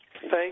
Thank